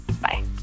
Bye